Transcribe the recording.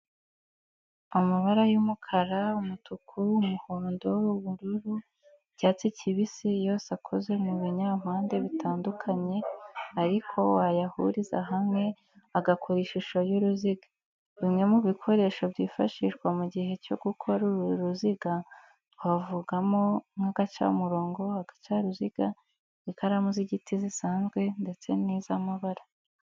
Amabara y'umukara, umutuku, umuhondo, ubururu, icyatsi kibisi yose akoze mu binyampande bitandukanye ariko wayahuriza hamwe agakora ishusho y'uruziga. Bimwe mu bikoresho byifashishijwe mu gihe cyo gukora uru ruziga, twavugamo nk'agacamurongo, agacaruziga, ikaramu z'igiti zisanzwe ndetse n'iz'amabara.